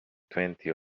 twenty